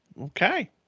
Okay